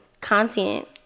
content